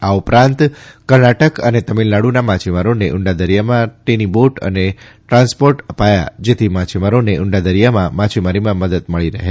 આ ઉપરાંત કર્ણાટક અને તમિળનાડુના માછીમારોને ઉંડા દરિયા માટેની બોટ અને ટ્રાન્સપોર્ડસ અપાયા જેથી માછીમારોને ઉંડા દરિયામાં માછીમારીમાં મદદ મળી રહેશે